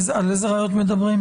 על איזה ראיות מדברים?